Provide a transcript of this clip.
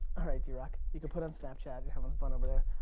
alright drock, you can put on snapchat, you're having fun over there.